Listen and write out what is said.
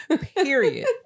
period